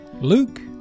Luke